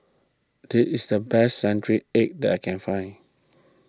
this is the best Century Egg that I can find